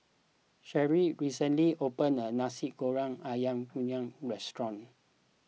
Sherie recently opened a Nasi Goreng Ayam Kunyit restaurant